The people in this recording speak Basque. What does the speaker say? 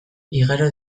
igaro